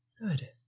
Good